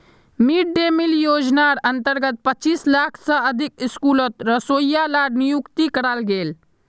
mid day meal योज्नार अंतर्गत पच्चीस लाख से अधिक स्कूलोत रोसोइया लार नियुक्ति कराल गेल